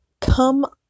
come